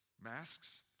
masks